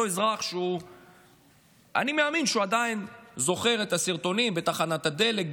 אותו אזרח שאני מאמין שעדיין זוכר את הסרטונים בתחנת הדלק,